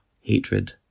hatred